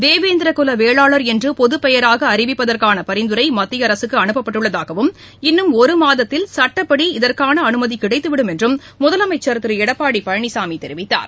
தேவேந்திரக்குல வேளாளர் என்று பொதுப்பெயராக அறிவிப்பதற்கான பரிந்துரை மத்திய அரசுக்கு அனுப்பப்பட்டுள்ளதாகவும் இன்னும் ஒரு மாதத்தில் சுட்டப்படி இதற்கான அனுமதி கிடைத்துவிடும் என்றும் முதலமைச்சர் திரு எடப்பாடி பழனிசாமி தெரிவித்தார்